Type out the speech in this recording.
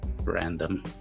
Random